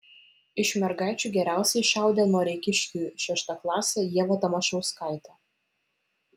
iš mergaičių geriausiai šaudė noreikiškių šeštaklasė ieva tamašauskaitė